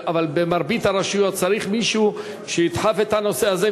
אבל במרבית הרשויות צריך מישהו שידחוף את הנושא הזה,